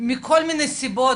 מכל מיני סיבות,